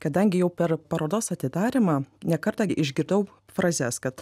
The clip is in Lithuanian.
kadangi jau per parodos atidarymą ne kartą išgirdau frazes kad